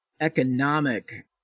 economic